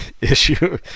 issue